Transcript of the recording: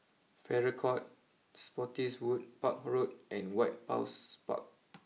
Farrer court Spottiswoode Park Road and White house Park